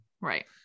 Right